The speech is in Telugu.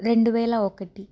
రెండు వేల ఒకటి